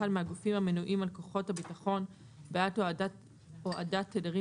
מהגופים המנויים על כוחות הביטחון בעד הועדת תדרים